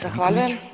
Zahvaljujem.